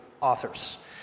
authors